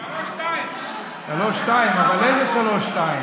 3:2. 3:2. אבל איזה 3:2?